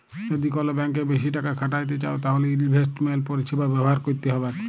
যদি কল ব্যাংকে বেশি টাকা খ্যাটাইতে চাউ তাইলে ইলভেস্টমেল্ট পরিছেবা ব্যাভার ক্যইরতে হ্যবেক